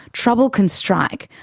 trouble can strike,